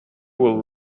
will